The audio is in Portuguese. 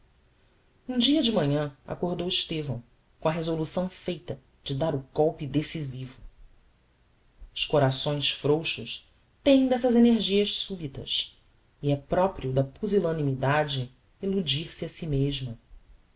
um dia de manhã accordou estevão com a resolução feita de dar o golpe decisivo os corações frouxos tem destas energias subitas e é proprio da pusilanimidade illudir se a si mesma